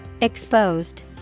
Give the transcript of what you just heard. Exposed